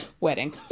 Wedding